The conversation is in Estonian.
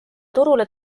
turule